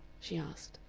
she asked.